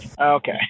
okay